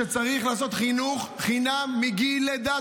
שצריך לעשות חינוך חינם מגיל לידה.